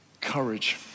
courage